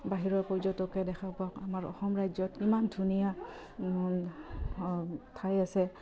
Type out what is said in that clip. বাহিৰৰ পৰ্যটকে দেখা পাওক আমাৰ অসম ৰাজ্যত ইমান ধুনীয়া ঠাই আছে